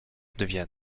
devient